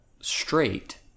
straight